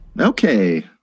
Okay